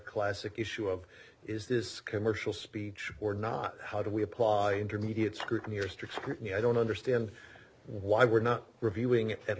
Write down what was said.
classic issue of is this commercial speech or not how do we apply intermediate scrutiny or strict scrutiny i don't understand why we're not reviewing at